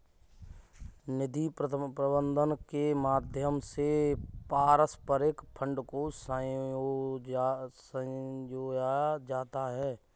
निधि प्रबन्धन के माध्यम से पारस्परिक फंड को संजोया जाता है